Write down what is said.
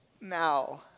Now